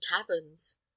taverns